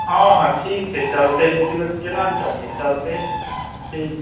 हँ हँ ठीक छै चलतइ रोजी रोटी केना ने चलतइ चलतइ ठीक